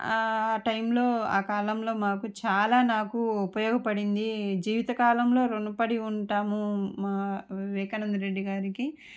టైంలో ఆ కాలంలో మాకు చాలా నాకు ఉపయోగపడింది జీవిత కాలంలో ఋణపడి ఉంటాము మా వివేకానంద రెడ్డి గారికి